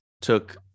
took